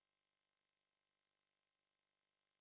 or maybe he don't purposely go eat lah